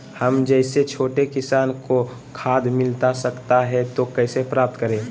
हम जैसे छोटे किसान को खाद मिलता सकता है तो कैसे प्राप्त करें?